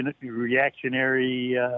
reactionary